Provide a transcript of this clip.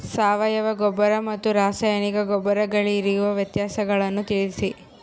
ಸಾವಯವ ಗೊಬ್ಬರ ಮತ್ತು ರಾಸಾಯನಿಕ ಗೊಬ್ಬರಗಳಿಗಿರುವ ವ್ಯತ್ಯಾಸಗಳನ್ನು ತಿಳಿಸಿ?